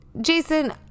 Jason